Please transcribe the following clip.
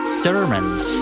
sermons